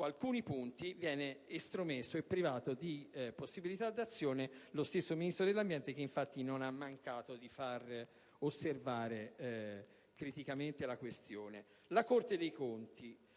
alcuni punti, viene estromesso e privato di possibilità d'azione lo stesso Ministro dell'ambiente, che infatti non ha mancato di far osservare criticamente la questione. Per quanto